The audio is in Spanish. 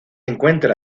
encuentra